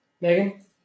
Megan